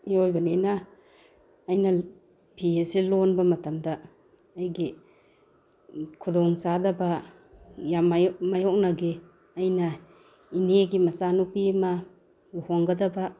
ꯃꯤꯑꯣꯏꯕꯅꯤꯅ ꯑꯩꯅ ꯐꯤ ꯑꯁꯦ ꯂꯣꯟꯕ ꯃꯇꯝꯗ ꯑꯩꯒꯤ ꯈꯨꯗꯣꯡ ꯆꯥꯗꯕ ꯌꯥꯝ ꯃꯥꯏꯌꯣꯛꯅꯈꯤ ꯑꯩꯅ ꯏꯅꯦꯒꯤ ꯃꯆꯥꯅꯨꯄꯤ ꯑꯃ ꯂꯨꯍꯣꯡꯒꯗꯕ